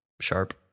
sharp